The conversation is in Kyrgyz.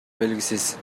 белгисиз